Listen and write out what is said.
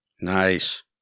Nice